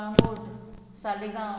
Calangute Saligao